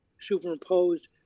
superimposed